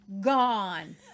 Gone